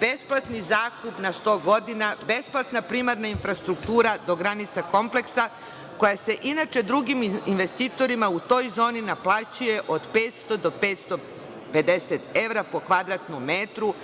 besplatni zakup na sto godina, besplatna primarna infrastruktura do granica kompleksa koja se inače drugim investitorima u toj zoni naplaćuje od 500 do 550 evra po kvadratnom metru.